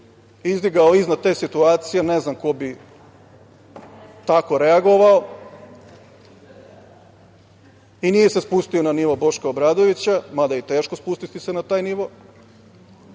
izdigao iznad te situacije, jer ne znam ko bi tako reagovao, nije se spustio na nivo Boška Obradovića, mada je teško spustiti se na taj nivo. Sa